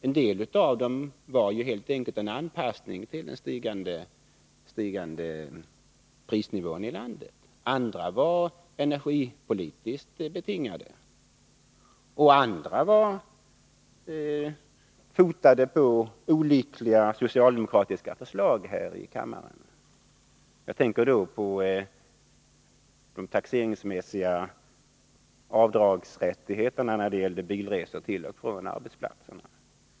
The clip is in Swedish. En del skattehöjningar var helt enkelt anpassade till den stigande prisnivån i landet, andra var energipolitiskt betingade och andra åter var fotade på olyckliga socialdemokratiska förslag här i kammaren. Jag tänker då på de taxeringsmässiga avdragsrättigheterna vad gäller bilresor till och från arbetsplatsen.